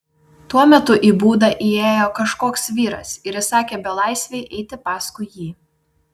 tuo metu į būdą įėjo kažkoks vyras ir įsakė belaisvei eiti paskui jį